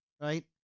Right